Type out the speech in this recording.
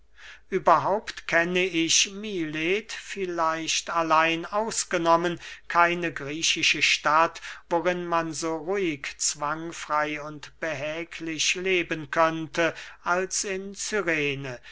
überhaupt kenne ich milet vielleicht allein ausgenommen keine griechische stadt worin man so ruhig zwangfrey und behäglich leben könnte als in cyrene